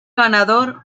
ganador